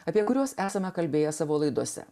apie kuriuos esame kalbėję savo laidose